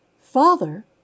father